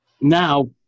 Now